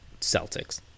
Celtics